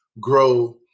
grow